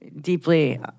deeply